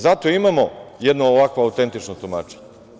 Zato imamo jedno ovako autentično tumačenje.